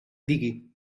digui